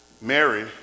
Mary